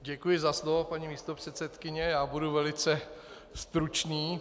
Děkuji za slovo, paní místopředsedkyně, budu velice stručný.